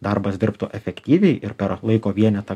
darbas dirbtų efektyviai ir per laiko vienetą